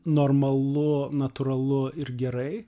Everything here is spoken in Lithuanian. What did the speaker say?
normalu natūralu ir gerai